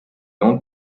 noms